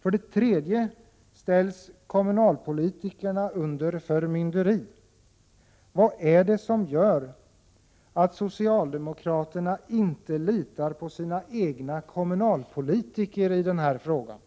För det tredje ställs kommunalpolitikerna under förmynderi. Vad är det som gör att socialdemokraterna inte litar på sina egna kommunalpolitiker i denna fråga?